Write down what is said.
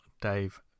Dave